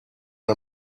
and